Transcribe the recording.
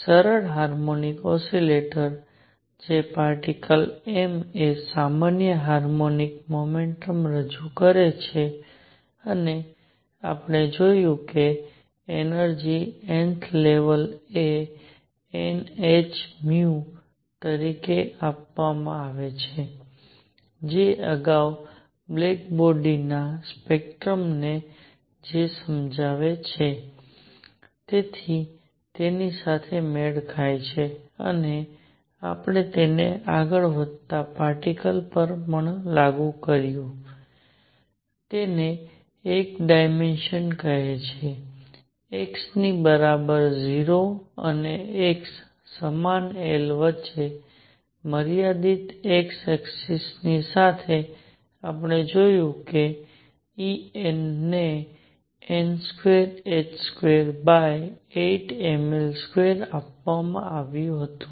સરળ harmonic oscillator જે particle m એ સામાન્ય હાર્મોનિક મોમેન્ટમ રજૂ કરે છે અને આપણે જોયું કે એનર્જિ n th લેવલ એ n h nu તરીકે આપવામાં આવે છે જે અગાઉ બ્લેક બોડીના સ્પેક્ટ્રમને જે સમજાવે છે તેની સાથે મેળ ખાય છે અને આપણે તેને આગળ વધતા પાર્ટીકલ પર પણ લાગુ કર્યું છે તેને એક ડાયમેન્શનલ કહે છે કે x ની બરાબર 0 અને x સમાન L વચ્ચે મર્યાદિત x ઍક્સિસ ની સાથે આપણે જોયું કે E n ને n2h28mL2 આપવામાં આવ્યું હતું